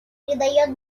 придает